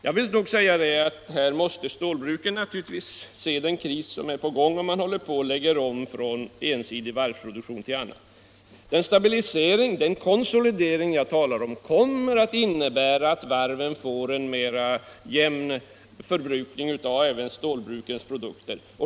Jag vill säga att stålbruken naturligtvis måste se den kris som är på gång när man håller på att lägga om från ensidig varvsproduktion till annat. Den stabilisering och konsolidering jag talar om kommer att innebära att varven får en mera jämn förbrukning av även stålbrukens produkter.